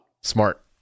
Smart